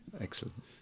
Excellent